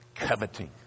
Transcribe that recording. Coveting